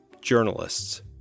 journalists